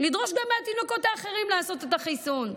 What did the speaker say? לדרוש גם מהתינוקות האחרים לעשות את החיסון.